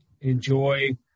enjoy